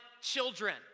children